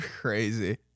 Crazy